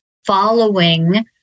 following